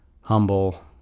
humble